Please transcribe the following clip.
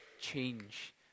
change